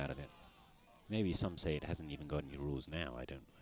out of it maybe some say it hasn't even gotten the rules now i don't